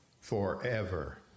forever